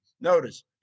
Notice